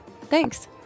Thanks